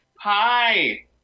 Hi